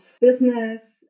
business